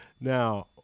Now